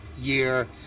year